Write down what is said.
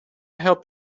help